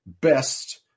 best